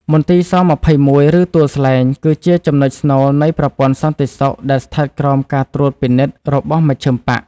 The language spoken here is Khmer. មន្ទីរស-២១ (ឬ ទួលស្លែង) គឺជាចំណុចស្នូលនៃប្រព័ន្ធសន្តិសុខដែលស្ថិតក្រោមការត្រួតពិនិត្យរបស់មជ្ឈិមបក្ស។